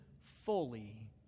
fully